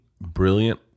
brilliant